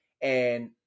And-